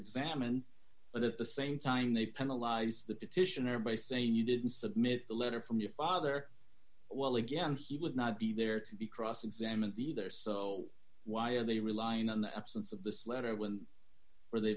examined but at the same time they penalize the petitioner by saying you didn't submit the letter from your father well again he would not be there to be cross examined be there so why are they relying on the absence of this letter when are they